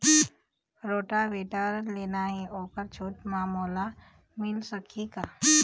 Rotavator लेना हे ओहर छूट म मोला मिल सकही का?